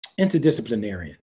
interdisciplinary